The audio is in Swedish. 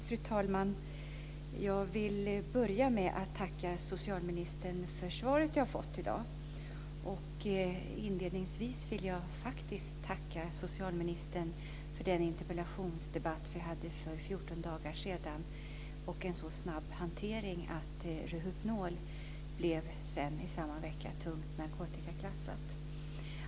Fru talman! Jag vill börja med att tacka socialministern för svaret jag har fått i dag. Inledningsvis vill jag faktiskt tacka socialministern för den interpellationsdebatt vi hade för 14 dagar sedan, och en så snabb hantering att Rohypnol i samma vecka blev tungt narkotikaklassat.